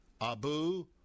Abu